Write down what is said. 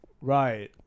Right